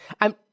I'm-